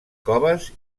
coves